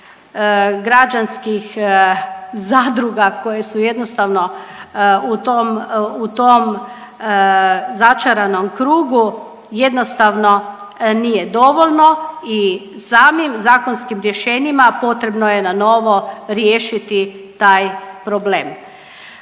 građanskih zadruga koje su jednostavno u tom začaranom krugu, jednostavno nije dovoljno i samim zakonskim rješenjima potrebno je na novo riješiti taj problem.